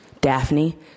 Daphne